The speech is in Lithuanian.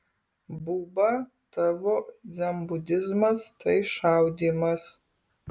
buba tavo dzenbudizmas tai šaudymas